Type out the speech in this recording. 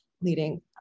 leading